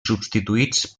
substituïts